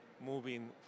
moving